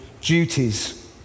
duties